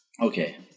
Okay